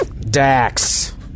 Dax